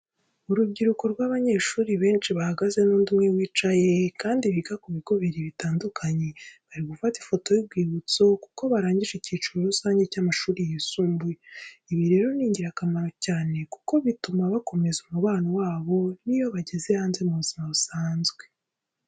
Urubyiruko rw'abanyeshuri benshi bahagaze n'undi umwe wicaye, kandi biga ku bigo bibiri bitandukanye bari gufata ifoto y'urwibutso kuko barangije icyiciro rusange cy'amashuri yisumbuye. Ibi rero ni ingirakamaro cyane kuko bituma bakomeza umubano wabo n'iyo bageze hanze mu buzima busanzwe.